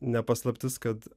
ne paslaptis kad